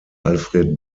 alfred